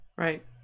right